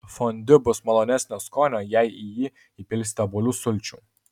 fondiu bus malonesnio skonio jei į jį įpilsite obuolių sulčių